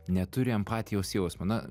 neturi empatijos jausmo na